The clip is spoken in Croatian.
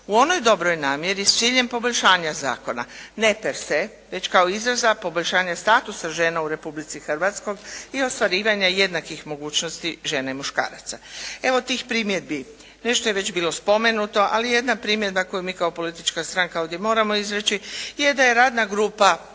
u onoj dobroj namjeri s ciljem poboljšanja zakona, ne per se već kao izraz za poboljšanje statusa žena u Republici Hrvatskoj i ostvarivanja jednakih mogućnosti žena i muškaraca. Evo tih primjedbi. Nešto je već bilo spomenuto, ali jedna primjedba koju mi kao politička stranka ovdje moramo izreći je da je radna grupa